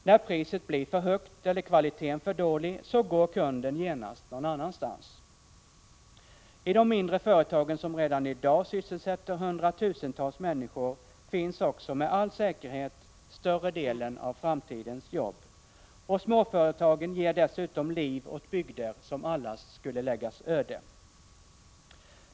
När priset blir för högt eller kvaliteten för dålig går kunden genast någon annanstans. I de mindre företagen, som redan i dag sysselsätter hundratusentals människor, finns också med all säkerhet större delen av framtidens jobb. Småföretagen ger dessutom liv åt bygder som annars skulle läggas öde.